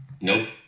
nope